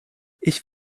ich